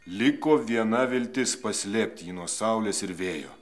liko viena viltis paslėpti jį nuo saulės ir vėjo